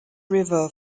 river